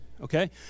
Okay